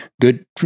good